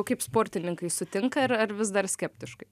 kaip sportininkai sutinka ir ar vis dar skeptiškai